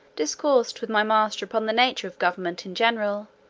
discoursed with my master upon the nature of government in general,